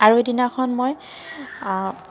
আৰু এদিনাখন মই